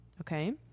Okay